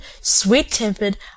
sweet-tempered